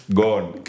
gone